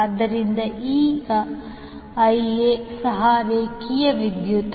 ಆದ್ದರಿಂದ ಈ 𝐈𝑎 ಸಹ ರೇಖೆಯ ವಿದ್ಯುತ್